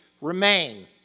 remain